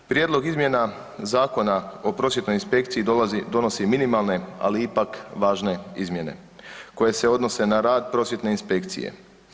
Prijedlog izmjena Zakona o prosvjetnoj inspekciji donosi minimalne, ali ipak važne izmjene koje se odnose na rad prosvjetne inspekcije.